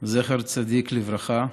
זכר צדיק לברכה.